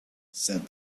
said